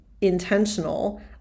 intentional